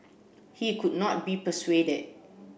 he could not be persuaded